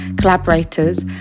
collaborators